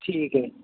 ਠੀਕ ਹੈ